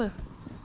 abeh beli air apa